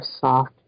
soft